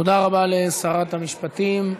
תודה רבה לשרת המשפטים.